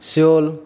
Seoul